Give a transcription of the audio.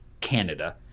Canada